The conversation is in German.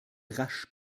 rasch